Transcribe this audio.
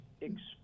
expect